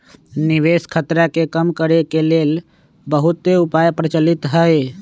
निवेश खतरा के कम करेके के लेल बहुते उपाय प्रचलित हइ